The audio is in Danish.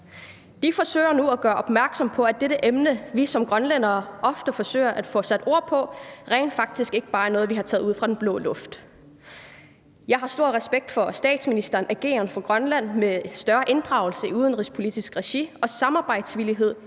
De forsøger nu at gøre opmærksom på, at dette emne, vi som grønlændere ofte forsøger at få sat ord på, rent faktisk ikke bare er noget, der er taget ud af den blå luft. Jeg har stor respekt for statsministerens ageren på Grønland med større inddragelse i udenrigspolitisk regi og samarbejdsvillighed